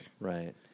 Right